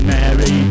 Mary